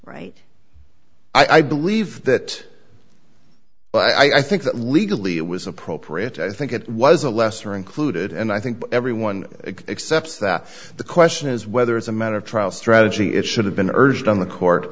right i believe that but i think that legally it was appropriate i think it was a lesser included and i think everyone except that the question is whether it's a matter of trial strategy it should have been urged on the court